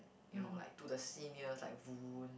you know like to the seniors like Voon